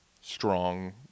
strong